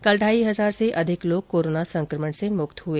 कल ढाई हजार से अधिक लोग कोरोना संक्रमण से मुक्त हुए